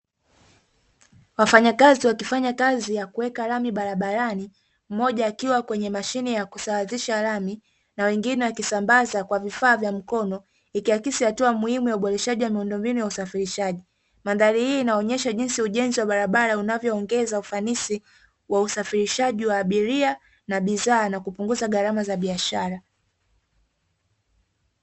Wafanyakazi wakifanya kazi ya kuweka lami barabarani mmoja akiwa kwenye mashine ya kusawazisha lami, na wengine wakisambaza kwa vifaa vya mkono ikiakisi hatua muhimu ya uboreshaji wa miundombinu ya usafirishaji. Mandhari hii inaonyesha jinsi ujenzi wa barabara unavyoongeza ufanisi wa usafirishaji wa abiria na bidhaa na kupunguza gharama za biashara.